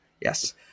Yes